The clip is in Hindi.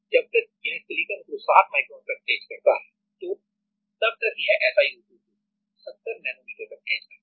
तो जब तक यह सिलिकॉन को 7 माइक्रोन तक ईच करता है को तब तक यह SiO2 को 70 नैनोमीटर तक ईच कर लेगा